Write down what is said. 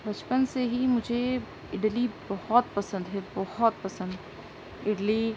بچپن سے ہی مجھے اڈلی بہت پسند ہے بہت پسند اڈلی